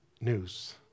news